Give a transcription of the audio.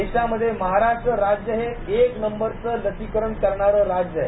देशामध्ये महाराष्ट्र राज्य हे एक नंबिचे लसिकरण करणारं राज्य आहे